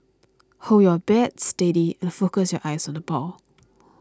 hold your bat steady and focus your eyes on the ball